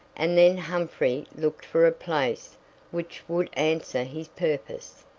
and then humphrey looked for a place which would answer his purpose.